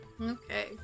okay